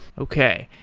okay.